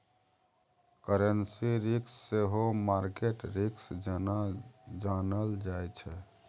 currency risk सेहो market risk जेना जानल जाइ छै